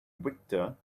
victor